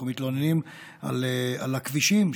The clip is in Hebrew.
אנחנו מתלוננים על הכבישים,